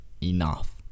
Enough